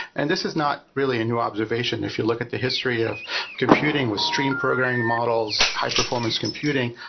and this is not really a new observation. if you look at the history of computing with stream programming models, high performance computing,